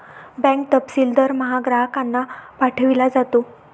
bank तपशील दरमहा ग्राहकांना पाठविला जातो